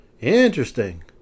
Interesting